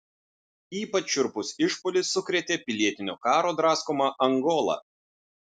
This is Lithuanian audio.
ypač šiurpus išpuolis sukrėtė pilietinio karo draskomą angolą